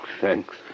thanks